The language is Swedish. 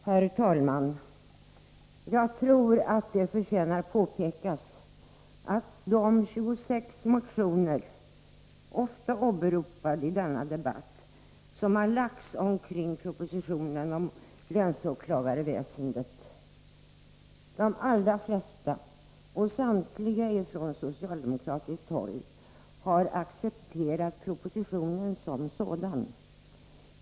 Herr talman! Jag tror att det förtjänar att påpekas att 26 motioner, ofta åberopade i denna debatt, har väckts med anledning av propositionen om länsåklagarväsendet. De allra flesta motionerna, och samtliga från socialdemokratiskt håll, har accepterat propositionen som sådan.